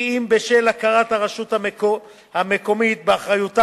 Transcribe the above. בין אם בשל הכרת הרשות המקומית באחריותה